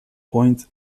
point